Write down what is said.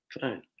Fine